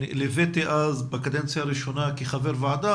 ליוויתי בקדנציה הראשונה כחבר ועדה